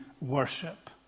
worship